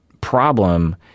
problem